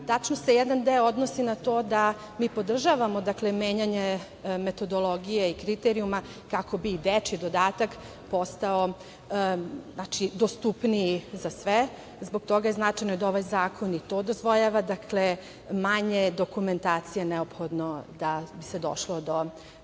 jedan deo odnosi na to da mi podržavamo menjanje metodologije i kriterijuma kako bi i dečiji dodatak postao dostupniji za sve. Zbog toga je značajno da ovaj zakon i to dozvoljava. Dakle, manje dokumentacije je neophodno da bi se došlo do